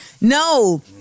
No